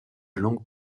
long